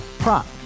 Prop